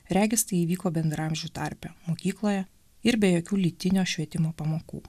regis tai įvyko bendraamžių tarpe mokykloje ir be jokių lytinio švietimo pamokų